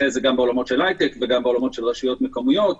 בעולמות של הייטק וגם בעולמות של רשויות מקומיות.